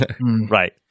Right